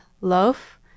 loaf